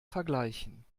vergleichen